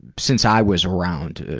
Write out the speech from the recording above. since i was around,